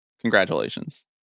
congratulations